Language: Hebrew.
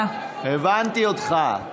הבנתי אותך.